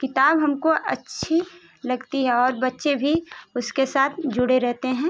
किताब हमको अच्छी लगती है और बच्चे भी उसके साथ जुड़े रहते हैं